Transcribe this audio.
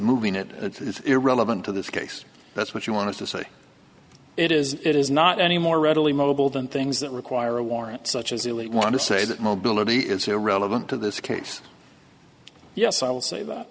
moving it it's irrelevant to this case that's what you want to say it is it is not any more readily mobile than things that require a warrant such as you want to say that mobility is irrelevant to this case yes i will say that